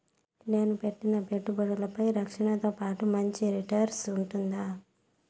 నేను పెట్టిన పెట్టుబడులపై రక్షణతో పాటు మంచి రిటర్న్స్ ఉంటుందా?